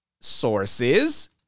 sources